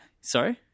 sorry